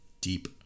deep